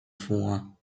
vor